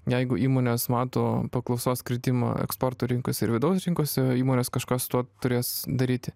jeigu įmonės mato paklausos kritimą eksporto rinkose ir vidaus rinkose įmonės kažką su tuo turės daryti